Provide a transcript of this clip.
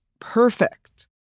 perfect